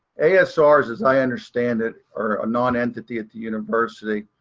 asrs as i understand it, are a non-entity at the university.